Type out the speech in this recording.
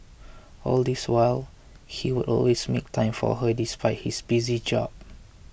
all this while he would always make time for her despite his busy job